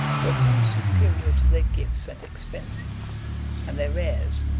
were far superior to their gifts and expenses and their heirs,